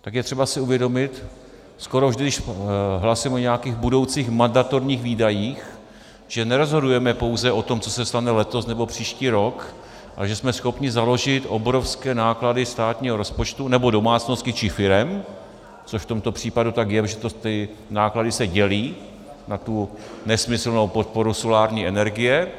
Tak si je třeba uvědomit, že skoro vždy, když hlasujeme o nějakých budoucích mandatorních výdajích, nerozhodujeme pouze o tom, co se stane letos nebo příští rok, ale že jsme schopni založit obrovské náklady státního rozpočtu nebo domácností či firem, což v tomto případu tak je, protože ty náklady se dělí na tu nesmyslnou podporu solární energie.